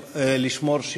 הזכות שלהם